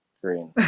green